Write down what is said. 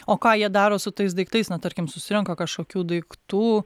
o ką jie daro su tais daiktais na tarkim susirenka kažkokių daiktų